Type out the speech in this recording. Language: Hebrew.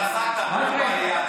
אתה עסקת בעלייה,